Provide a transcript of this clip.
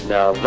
Now